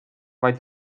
vaid